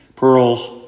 Pearls